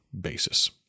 basis